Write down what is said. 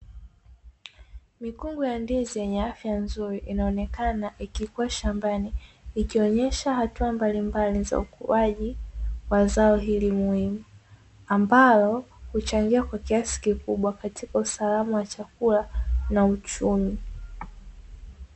Mikungu ya ndizi yenye afya nzuri inaonekana ikikua shambani ikionyesha hatua mbalimbali za ukuaji wa zao hili muhimu ambalo huchangia kwa kiasi kikubwa katika usalama wa chakula na uchumi.